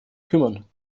kümmern